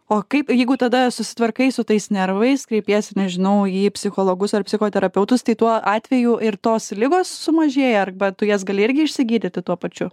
o kaip jeigu tada susitvarkai su tais nervais kreipiesi nežinau į psichologus ar psichoterapeutus tai tuo atveju ir tos ligos sumažėja arba tu jas gali irgi išsigydyti tuo pačiu